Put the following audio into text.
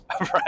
right